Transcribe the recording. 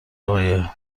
آقای